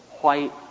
white